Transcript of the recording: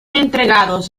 entregados